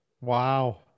wow